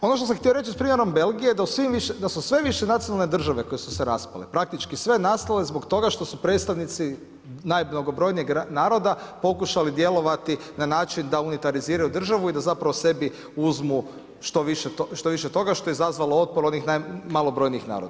Ono što sam htio reći s primjerom Belgije, da su sve više nacionalne države koje su se raspale, praktički sve nastale zbog toga što su predstavnici najmnogobrojnijeg naroda pokušali djelovati na način da unitariziraju državu i da zapravo sebi uzmu što više toga što je izazvalo otpor onih malobrojnijih naroda.